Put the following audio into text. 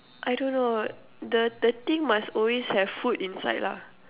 I don't know the the thing must always have food inside lah